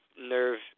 nerve